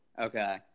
Okay